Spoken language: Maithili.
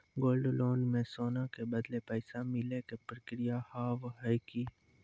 गोल्ड लोन मे सोना के बदले पैसा मिले के प्रक्रिया हाव है की?